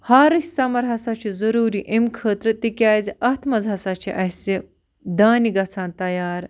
ہارٕش سَمَر ہسا چھِ ضٔروٗری اَمہِ خٲطرٕ تِکیٛازِ اَتھ منٛز ہسا چھِ اَسہِ دانہِ گژھان تیار